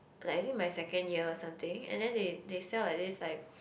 like is it my second year or something and then they they sell like this